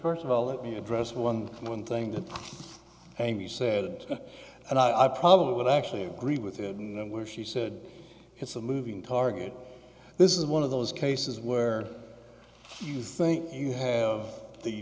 first of all let me address one one thing that amy said and i probably would actually agree with it and where she said it's a moving target this is one of those cases where you think you have the